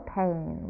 pain